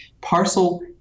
Parcel